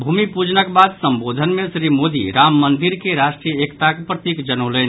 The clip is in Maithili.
भूमि पूजनक बाद संबोधन मे श्री मोदी राम मंदिर के राष्ट्रीय एकताक प्रतीक जनौलनि